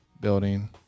building